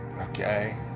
Okay